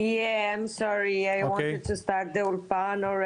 להלן תרגום חופשי) שלום.